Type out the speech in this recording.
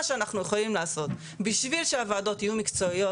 שאנחנו יכולים לעשות בשביל שהוועדות יהיו מקצועיות,